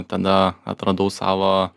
tada atradau savo